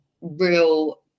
real